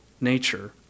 nature